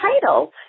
title